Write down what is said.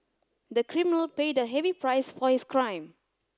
the criminal paid a heavy price for his crime